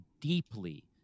deeply